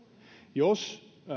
jos